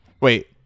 wait